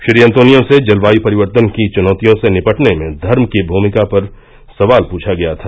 Shri Antonio से जलवाय् परिवर्तन की चुनौतियों से निपटने में धर्म की भूमिका पर सवाल पूछा गया था